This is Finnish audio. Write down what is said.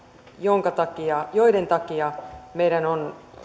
joiden takia joiden takia meidän on